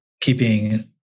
keeping